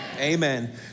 Amen